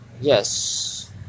yes